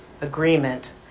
agreement